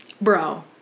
Bro